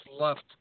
left